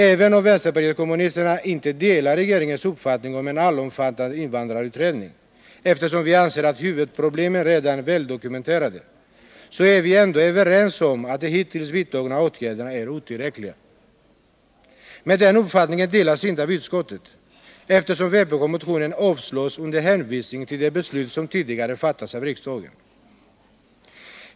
Även om vpk inte delar regeringens uppfattning om en allomfattande invandrarutredning, eftersom vi anser att huvudproblemen redan är väldokumenterade, är vi ändå överens om att de hittills vidtagna åtgärderna är otillräckliga. Men den uppfattningen delas inte av utskottet, eftersom vpk-motionen avstyrks under hänvisning till de beslut som tidigare fattats av riksdagen.